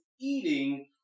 eating